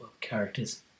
characters